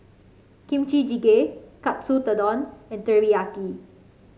Kimchi Jjigae Katsu Tendon and Teriyaki